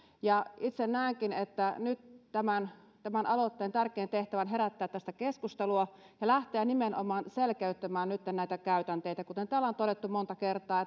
itse näenkin että nyt tämän aloitteen tärkein tehtävä on herättää tästä keskustelua ja lähteä nimenomaan selkeyttämään nytten näitä käytänteitä kuten täällä on todettu monta kertaa